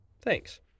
Thanks